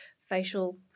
facial